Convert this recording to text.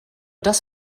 dass